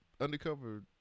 undercover